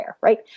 right